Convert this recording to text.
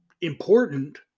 important